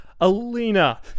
Alina